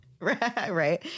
Right